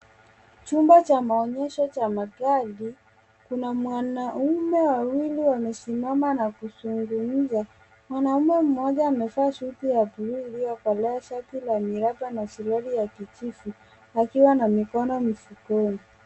Chumba cha maonyesho cha magari . Kuna wanaume wawili wamesimama na kuzungumza. Mwanaume mmoja amevaa suti ya buluu iliyokolea, shati la miraba na suruali ya kijivu akiwa na mikono mifukoni.